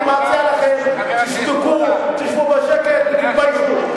אני מציע לכם, תשתקו, תשבו בשקט ותתביישו.